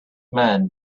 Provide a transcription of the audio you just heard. man